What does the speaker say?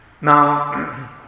Now